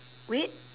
wait